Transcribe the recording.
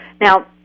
Now